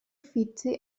uffizi